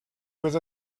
with